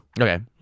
Okay